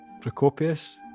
Procopius